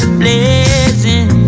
blazing